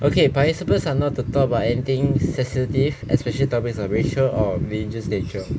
okay participants are not to talk about anything sensitive especially topics of racial or religious nature